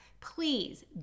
Please